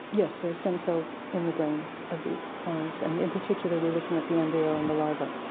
yes, there are stem cells in the brains of these flies, and in particular we're looking at the embryo in the larva.